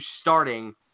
starting